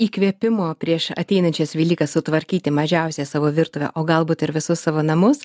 įkvėpimo prieš ateinančias velykas sutvarkyti mažiausiai savo virtuvę o galbūt ir visus savo namus